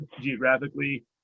geographically